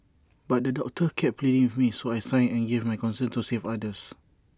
but the doctor kept pleading with me so I signed and gave my consent to save others